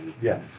Yes